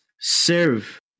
serve